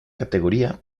categoría